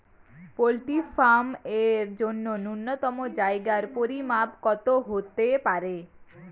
Poultry farm এর জন্য নূন্যতম জায়গার পরিমাপ কত হতে পারে?